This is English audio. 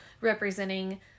representing